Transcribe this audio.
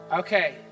Okay